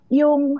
yung